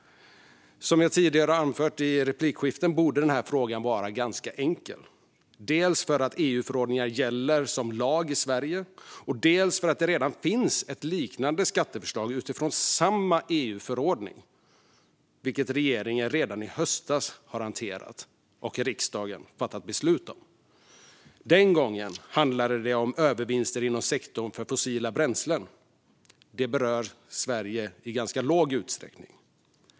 Som jag tidigare har anfört i replikskiften borde den här frågan vara ganska enkel. Dels för att EU-förordningar gäller som lag i Sverige, dels för att det redan finns ett liknande skatteförslag utifrån samma EU-förordning, vilket regeringen redan i höstas har hanterat och riksdagen fattat beslut om. Den gången handlade det om övervinster inom sektorn för fossila bränslen. Det berör Sverige i låg utsträckning.